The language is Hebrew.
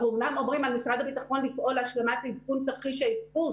אנחנו אומנם אומרים על משרד הביטחון לפעול להשלמת עדכון תרחיש הייחוס,